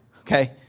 okay